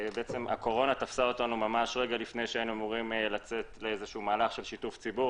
הקורונה תפסה אותנו רגע לפני שהיינו אמורים לצאת למהלך של שיתוף הציבור.